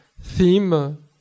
theme